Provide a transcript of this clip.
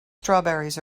strawberries